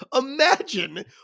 imagine